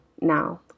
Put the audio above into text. Now